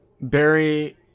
Barry